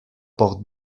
por